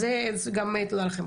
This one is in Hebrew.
אז על זה תודה לכם.